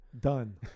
Done